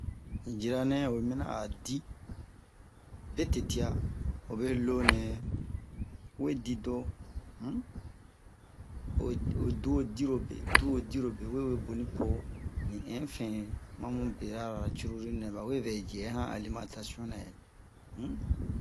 un jira-nɛ oyi minian a o di betete'a hobe lo nɛyɛ we di do um o- oyi du dirobe du dirobe we wee boni po ni ɛfɛ mamu berara curulu nɛ ba we vɛ jɛ han alimentation nɛ um